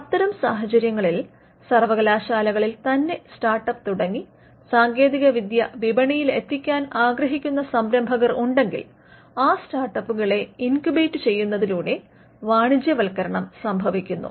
അത്തരം സാഹചര്യങ്ങളിൽ സർവകലാശാലകളിൽ തന്നെ സ്റ്റാർട്ടപ്പ് തുടങ്ങി സാങ്കേതികവിദ്യ വിപണിയിൽ എത്തിക്കാൻ ആഗ്രഹിക്കുന്ന സംരംഭകർ ഉണ്ടെങ്കിൽ ആ സ്റ്റാർട്ടപ്പുകളെ ഇൻകുബേറ്റ് ചെയ്യുന്നതിലൂടെ വാണിജ്യവൽക്കരണം സംഭവിക്കുന്നു